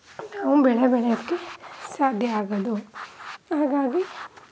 ನಾವು ಬೆಳೆ ಬೆಳೆಯೋಕ್ಕೆ ಸಾಧ್ಯ ಆಗೋದು ಹಾಗಾಗಿ